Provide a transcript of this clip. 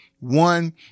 One